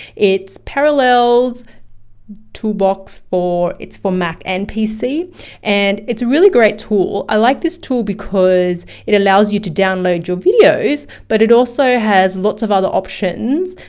it's parallels toolbox, it's for mac and pc and it's a really great tool. i like this tool because it allows you to download your videos, but it also has lots of other options.